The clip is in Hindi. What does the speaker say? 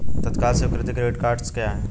तत्काल स्वीकृति क्रेडिट कार्डस क्या हैं?